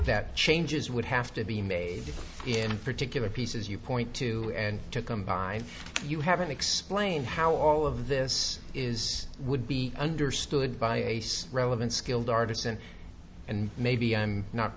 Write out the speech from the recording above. changes would have to the made in particular pieces you point to and to combine you haven't explained how all of this is would be understood by ace relevant skilled artisan and maybe i'm not